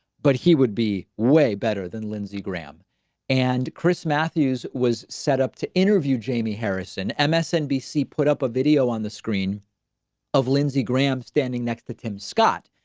but he would be way better than lindsey graham and chris matthews was set up to interview jamie harrison msnbc put up a video on the screen of lindsey graham standing next to tim, scott,